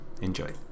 Enjoy